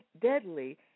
deadly